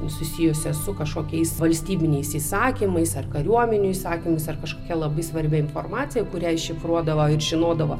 susijusios su kažkokiais valstybiniais įsakymais ar kariuomenių įsakymais ar kažkokia labai svarbia informacija kurią iššifruodavo ir žinodavo